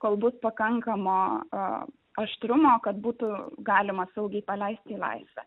kol bus pakankamo aštrumo kad būtų galima saugiai paleisti į laisvę